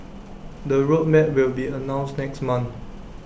the road map will be announced next month